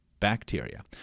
bacteria